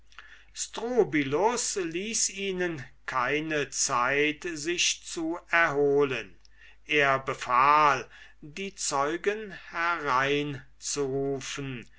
ließ ihnen keine zeit sich zu erholen er befahl die zeugen